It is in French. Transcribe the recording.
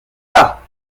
pas